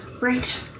Right